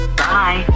bye